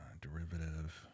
derivative